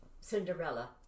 Cinderella